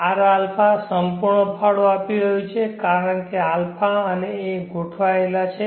rα સંપૂર્ણ ફાળો આપી રહ્યું છે કારણ કે α અને a ગોઠવાયેલ છે